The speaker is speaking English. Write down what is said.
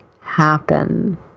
happen